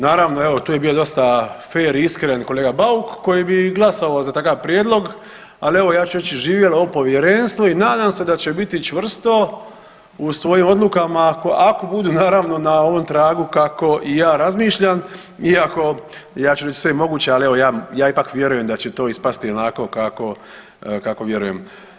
Naravno, evo tu je bio dosta fer i iskren kolega Bauk koji bi glasao za takav prijedlog, ali evo ja ću reći živjelo ovo povjerenstvo i nadam se da će biti čvrsto u svojim odlukama ako budu naravno na ovom tragu kako i ja razmišljam iako, ja ću reći sve je moguće, ali ja ipak vjerujem da će to ispasti onako kako, kako vjerujem.